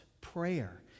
prayer